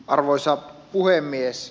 arvoisa puhemies